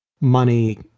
money